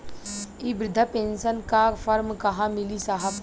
इ बृधा पेनसन का फर्म कहाँ मिली साहब?